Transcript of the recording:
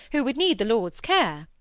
who would need the lord's care.